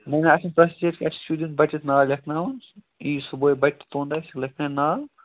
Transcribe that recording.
نہ نہ اَسہِ کیٚنہہ اَسہِ چھِ سیٚودُے بَچَس ناو لیکھناوُن یی صُبحٲے بَچہٕ تُہُنٛد آسہِ سُہ لیکھناوِ ناو